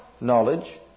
Knowledge